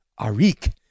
Arik